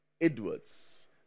Edwards